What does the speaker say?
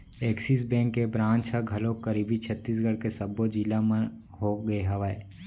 Axis bank के branch ह घलोक करीब छत्तीसगढ़ के सब्बो जिला मन होगे हवय